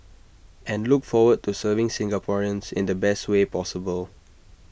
and look forward to serving Singaporeans in the best way possible